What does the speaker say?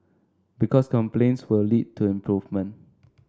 because complaints will lead to improvement